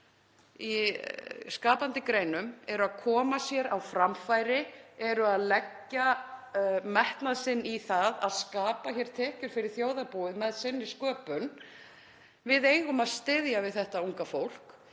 í skapandi greinum, er að koma sér á framfæri og leggja metnað sinn í það að skapa tekjur fyrir þjóðarbúið með sinni sköpun. Við eigum að styðja við þetta unga fólk